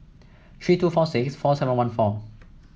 three two four six four seven one four